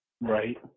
Right